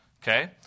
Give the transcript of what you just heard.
Okay